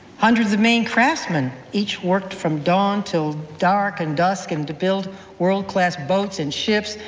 hundreds of maine craftsmen each worked from dawn till dusk and dusk um to build world-class boats and ships,